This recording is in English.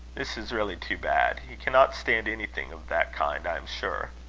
this is really too bad. he cannot stand anything of that kind, i am sure.